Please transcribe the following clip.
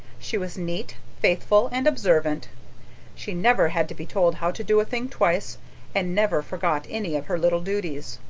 she was neat, faithful and observant she never had to be told how to do a thing twice and never forgot any of her little duties.